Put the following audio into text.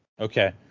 okay